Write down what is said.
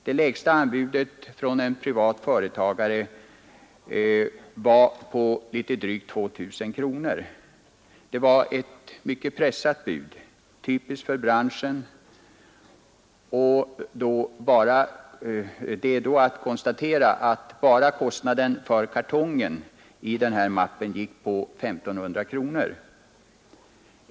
Det lägsta anbudet från en privat företagare låg på drygt 2 000 kronor. Det var ett mycket pressat bud, typiskt för branschen; bara kostnaden för kartongen i mappen gick på 1 500 kronor.